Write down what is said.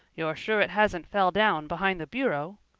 you're sure it hasn't fell down behind the bureau?